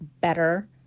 better